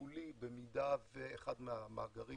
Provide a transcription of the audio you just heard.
במידה שבאחד המאגרים